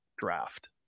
draft